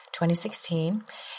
2016